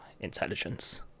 intelligence